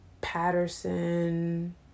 Patterson